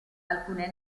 alcune